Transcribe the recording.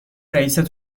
رئیست